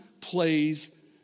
plays